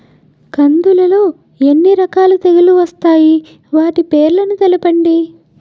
కందులు లో ఎన్ని రకాల తెగులు వస్తాయి? వాటి పేర్లను తెలపండి?